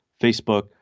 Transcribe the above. Facebook